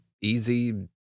easy